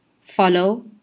follow